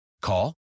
Call